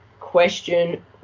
Question